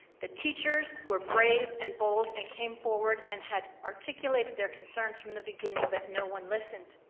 the teachers were brave and bold and came forward and had articulated their concerns from the beginning, but no one listened.